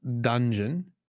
dungeon